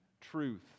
truth